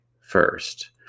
first